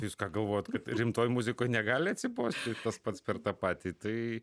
jūs ją galvojat kad rimtoj muzikoj negali atsibosti tas pats per tą patį tai